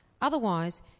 Otherwise